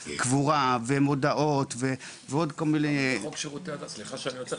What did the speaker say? קבורה ומודעות אבל ועוד כל מיני --- סליחה שאני קוטע אותך,